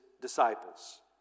disciples